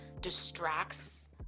distracts